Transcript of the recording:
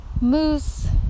moose